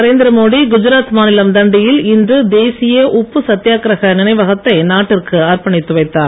நரேந்திரமோடி குஜராத் மாநிலம் தண்டியில் இன்று தேசிய உப்பு சத்தியாகிரக நினைவகத்தை நாட்டிற்கு அர்ப்பணித்து வைத்தார்